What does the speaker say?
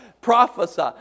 prophesy